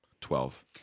twelve